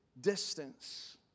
distance